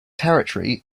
territory